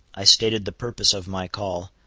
i stated the purpose of my call,